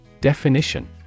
Definition